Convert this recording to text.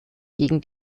gegen